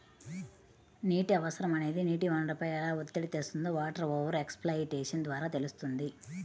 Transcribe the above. నీటి అవసరం అనేది నీటి వనరులపై ఎలా ఒత్తిడి తెస్తుందో వాటర్ ఓవర్ ఎక్స్ప్లాయిటేషన్ ద్వారా తెలుస్తుంది